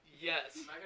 Yes